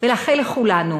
ולאחל לכולנו,